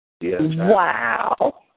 Wow